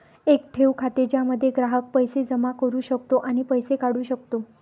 एक ठेव खाते ज्यामध्ये ग्राहक पैसे जमा करू शकतो आणि पैसे काढू शकतो